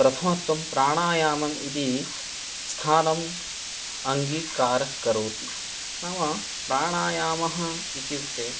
प्रथमत्वं प्राणायामम् इति स्थानं अङ्गीकारः करोति नाम प्राणायामः इत्युक्ते